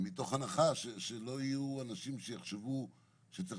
מתוך הנחה שלא יהיו אנשים שיחשבו שצריך